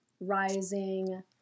rising